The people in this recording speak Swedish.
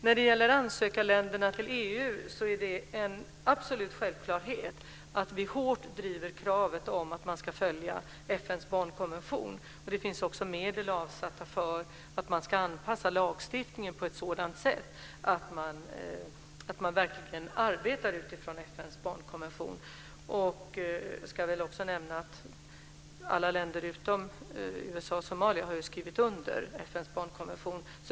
När det gäller ansökarländerna till EU är det en absolut självklarhet att vi hårt driver kravet att man ska följa FN:s barnkonvention. Det finns också medel avsatta för att man ska anpassa lagstiftningen på ett sådant sätt att man verkligen arbetar utifrån FN:s barnkonvention. Alla länder utom USA och Somalia har skrivit under FN:s barnkonvention.